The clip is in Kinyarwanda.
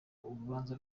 urubanza